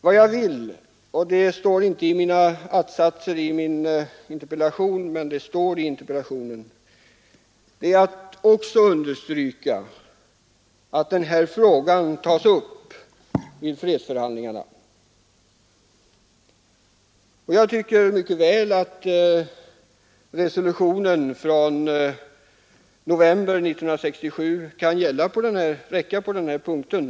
Vad jag också vill understryka — detta står inte som några att-satser i min interpellation, men det står dock i interpellationen — är att denna fråga bör tas upp vid fredsförhandlingarna. Jag tycker att resolutionen nr 242 från november 1967 mycket väl kan räcka på den punkten.